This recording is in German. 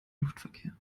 luftverkehr